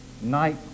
night